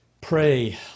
Pray